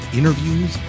interviews